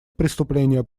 преступления